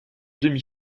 demi